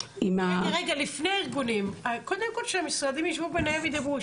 לפני הארגונים קודם כל שהמשרדים ישבו ביניהם וידברו.